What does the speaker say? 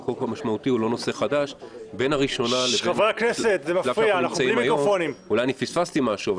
משמעותי הוא לא נושא חדש בין הראשונה אולי אני פספסתי משהו,